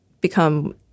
become